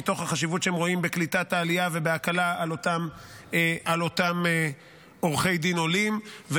מתוך החשיבות שהם רואים בקליטת העלייה ובהקלה על אותם עורכי דין עולים.